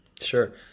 Sure